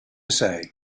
say